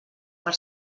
per